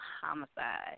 homicide